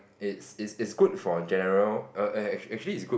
it's it's it's good for general err actually it's good for